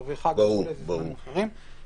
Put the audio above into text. בערבי חג הזמנים אחרים.